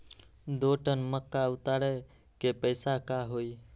दो टन मक्का उतारे के पैसा का होई?